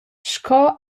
sco